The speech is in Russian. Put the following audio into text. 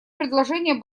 предложение